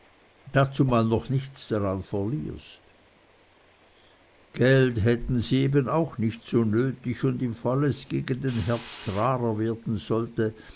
jedenfalls dazumal noch nichts daran verlierst geld hätten sie eben auch noch nicht so nötig und im fall es gegen herbst rarer werden sollte